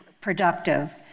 productive